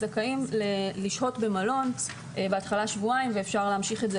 הם זכאים לשהות במלון בהתחלה שבועיים ואפשר להמשיך את התקופה